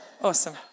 awesome